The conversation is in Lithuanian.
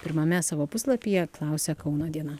pirmame savo puslapyje klausia kauno diena